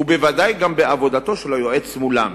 ובוודאי גם בעבודתו של היועץ מולם.